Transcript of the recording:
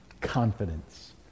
Confidence